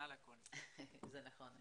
זה נכון.